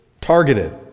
Targeted